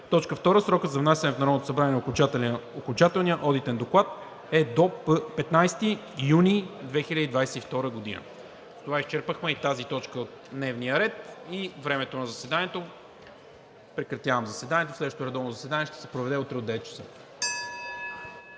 г. 2. Срокът за внасяне в Народното събрание на окончателния одитен доклад е до 15 юни 2022 г.“ С това изчерпахме и тази точка от дневния ред. Прекратявам заседанието. Следващо редовно заседание ще се проведе утре от 9,00 ч.